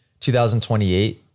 2028